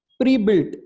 pre-built